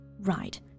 Right